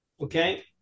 Okay